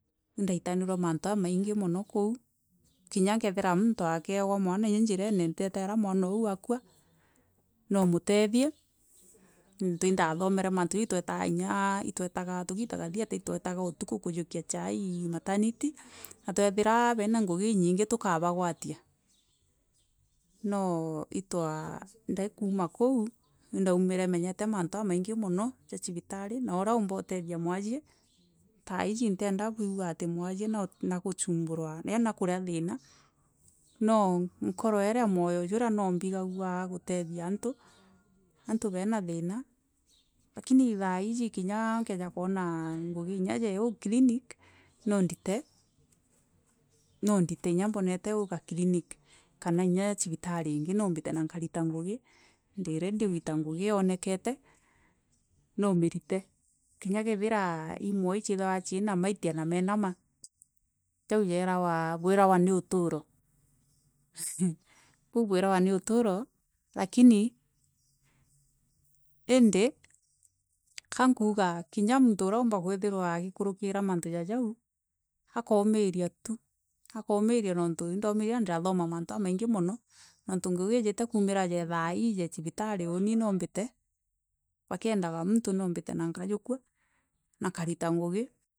Indaitaniwe mantû jamaingi mûno koû kinya nkethirwa montû mûntû akiegwa mwana ai njirene mûno koû kinya nkethirwa montû mûntû akiegwa mwana aû njirene nrietera mwana oû akûa namûteshie nontû indathomere maritûjai itwetaga inya tisgitaga thieta itweraga ûtûkû kûjûkia cai mataniri na twethira bena ngûgi inyingi tûkabawatia no ifwaa ndi kûûma koû indaûmire menyere maroro jamangi mono ja cibirari no ûra ûmba ûtethia mwasie, thaûi ntienda kwigûa mwasie yaani nakûrea thiria no, nkoro iria mojo jûria no mbigagûa ûtethia antû, antû bena thina lakini thaisi ûa kkeja koona ngûgi ya ûjû kiinik no ndira mbonete aûû ja clinic kan inya abitari ingi no mbire kinya kethira imwe ichiitharwa chima maifia na maenama, jaû jairagwa ni ûtûro enhee boû bwiragwa ni ûtoro. Lakini indi karikûûga kinya mûntû ûra ûmba kwithirwa akûrikira mantû ja jaû akaûmiria tû akaûmiria tû nontû ûnsaûmiririe ndakhoma mantû jamaingi mono nontû ngûgi ûire kûûmira ja thaii ya sibirari ûni no mbire bakiendaga mûnto no mbire na nkaûjûkisa na kkarifa ngûgi.